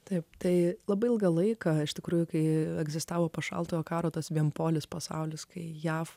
taip tai labai ilgą laiką iš tikrųjų kai egzistavo po šaltojo karo tas vienpolis pasaulis kai jav